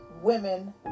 women